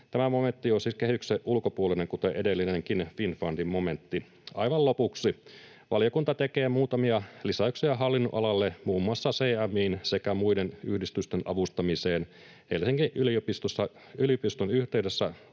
Tämä momentti on siis kehyksen ulkopuolinen kuten edellinenkin Finnfundin momentti. Aivan lopuksi: valiokunta tekee muutamia lisäyksiä hallinnonalalle muun muassa CMI:n sekä muiden yhdistysten avustamiseen, Helsingin yliopiston yhteydessä